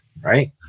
right